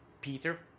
peter